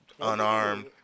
Unarmed